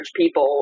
people